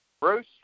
Bruce